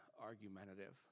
argumentative